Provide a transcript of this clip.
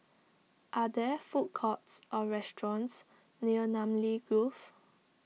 are there food courts or restaurants near Namly Grove